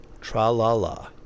Tra-la-la